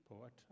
poet